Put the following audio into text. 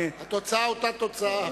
התוצאה אותה תוצאה.